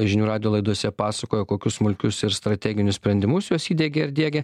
žinių radijo laidose pasakojo kokius smulkius ir strateginius sprendimus jos įdiegė ir diegia